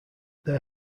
there